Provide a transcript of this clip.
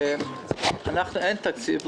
שאין תקציב,